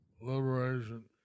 liberation